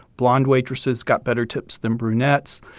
blonde waitresses got better tips than brunettes.